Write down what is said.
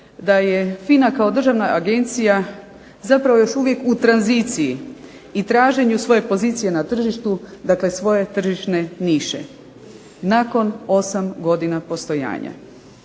da je FINA kao državna agencija zapravo još uvijek u tranziciji i traženju svoje pozicije na tržištu, dakle svoje tržišne niše nakon 8 godina postojanja.